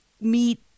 meet